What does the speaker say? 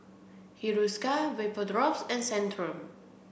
Hiruscar Vapodrops and Centrum